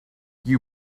you